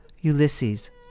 Ulysses